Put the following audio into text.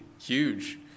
Huge